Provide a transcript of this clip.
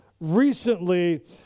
recently